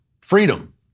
Freedom